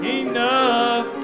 enough